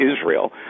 Israel